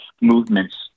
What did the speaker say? movements